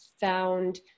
found